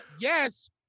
Yes